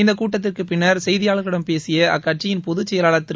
இந்த கூட்டத்திற்கு பின்னர் செய்தியாளர்களிடம் பேசிய அக்கட்சியின் பொதுச் செயலாளர் திரு